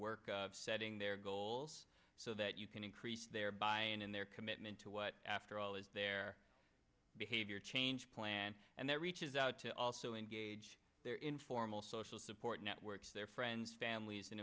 work setting there goals so that you can increase their buying and their commitment to what after all is their behavior change plan and that reaches out to also engage their informal social support networks their friends families